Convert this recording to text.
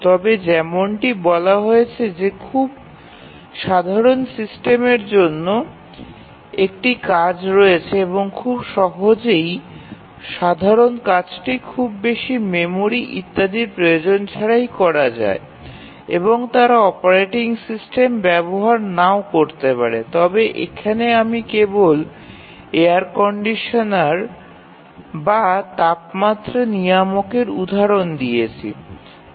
তবে যেমনটি বলা হয়েছে যে খুব সাধারণ সিস্টেমের জন্য একটি কাজ রয়েছে এবং খুব সহজেই সাধারণ কাজটি খুব বেশি মেমোরি ইত্যাদির প্রয়োজন ছাড়াই করা যায় এবং তারা অপারেটিং সিস্টেম ব্যবহার নাও করতে পারে তবে এখানে আমি কেবল এয়ার কন্ডিশনার বা তাপমাত্রা নিয়ামকের উদাহরণ দিয়েছি